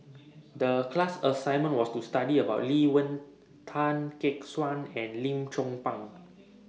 The class assignment was to study about Lee Wen Tan Gek Suan and Lim Chong Pang